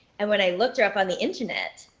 and when i looked her up on the internet,